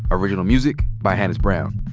original music by hannis brown.